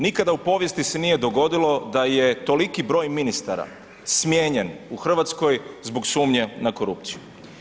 Nikada u povijesti se nije dogodilo da je toliki broj ministara smijenjen u Hrvatskoj zbog sumnje na korupciju.